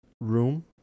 Room